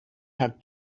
had